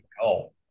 go